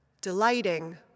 Delighting